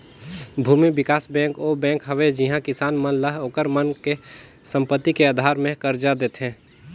भूमि बिकास बेंक ओ बेंक हवे जिहां किसान मन ल ओखर मन के संपति के आधार मे करजा देथे